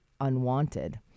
unwanted